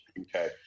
Okay